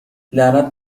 لعنت